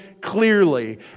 clearly